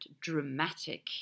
dramatic